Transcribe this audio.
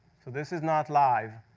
so this is not live.